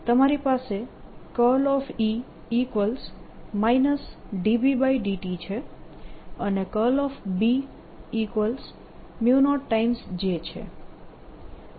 તમારી પાસે E Bt છે અને B0 J છે